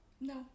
No